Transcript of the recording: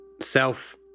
self